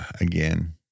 Again